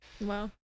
Wow